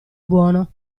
buono